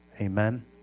Amen